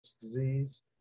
disease